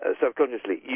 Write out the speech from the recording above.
subconsciously